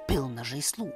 pilną žaislų